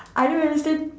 I don't understand